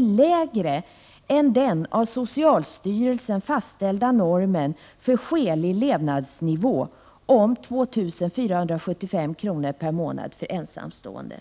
lägre än den av socialstyrelsen fastställda normen för skälig levnadsnivå om 2 475 kr. per månad för ensamstående.